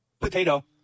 Potato